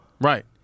Right